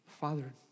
Father